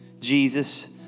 Jesus